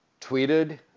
tweeted